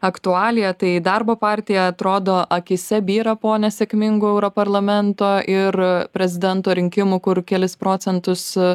aktualija tai darbo partija atrodo akyse byra po nesėkmingų europarlamento ir prezidento rinkimų kur kelis procentus